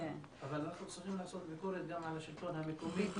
אבל אנחנו צריכים לעשות ביקורת גם על השלטון המקומי והרשויות.